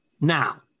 Now